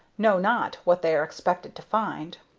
know not what they are expected to find.